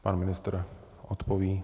Pan ministr odpoví.